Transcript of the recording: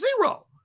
zero